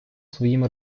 своїм